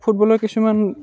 ফুটবলৰ কিছুমান